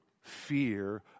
fear